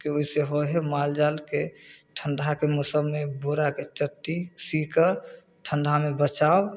के ओहिसँ होइ हइ मालजालके ठण्डाके मौसममे बोराके चट्टी सी कऽ ठण्डामे बचाव